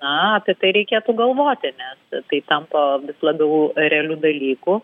na apie tai reikėtų galvoti nes tai tampa labiau realiu dalyku